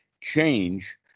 change